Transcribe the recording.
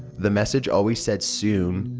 the message always said soon.